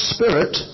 Spirit